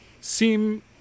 seem